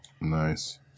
Nice